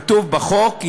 כתוב בחוק: